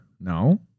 no